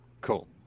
Cool